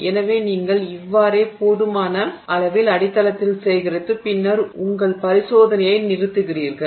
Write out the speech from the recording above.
எனவே நீங்கள் இவ்வாறே போதுமான அளவில் அடித்தளத்தில் சேகரித்து பின்னர் உங்கள் பரிசோதனையை நிறுத்துகிறீர்கள்